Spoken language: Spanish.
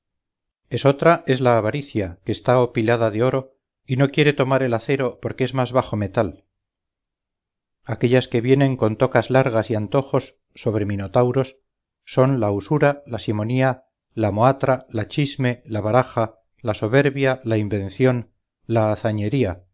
imaginaciones esotra es la avaricia que está opilada de oro y no quiere tomar el acero porque es más bajo metal aquellas que vienen con tocas largas y antojos sobre minotauros son la usura la simonía la mohatra la chisme la baraja la soberbia la invención la hazañería